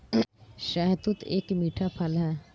शहतूत एक मीठा फल है